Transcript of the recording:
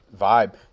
vibe